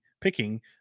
picking